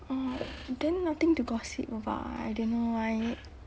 oh then nothing to gossip about [what] I don't know why